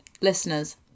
listeners